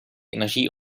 energie